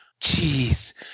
jeez